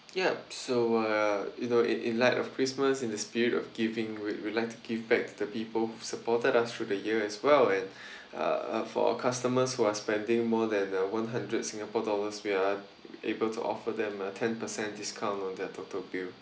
yup so uh you know in in light of christmas in the spirit of giving we'd like to give back the people who supported us through the year as well and uh for our customers who are spending more than uh one hundred singapore dollars we are able to offer them a ten percent discount on their total bill